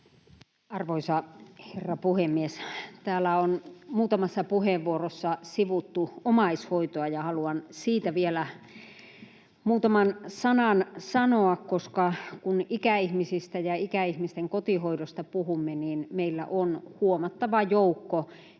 Arvoisa herra puhemies! Täällä on muutamassa puheenvuorossa sivuttu omaishoitoa, ja haluan siitä vielä muutaman sanan sanoa. Kun puhumme ikäihmisistä ja ikäihmisten kotihoidosta, niin meillä on huomattava joukko